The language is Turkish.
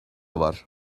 var